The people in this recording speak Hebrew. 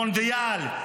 מונדיאל,